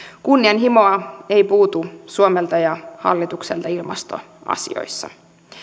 kunnianhimoa ei puutu suomelta ja hallitukselta ilmastoasioissa